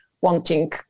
wanting